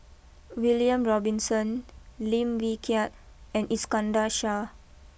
William Robinson Lim Wee Kiak and Iskandar Shah